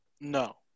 No